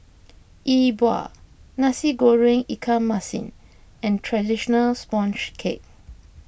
Yi Bua Nasi Goreng Ikan Masin and Traditional Sponge Cake